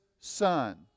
Son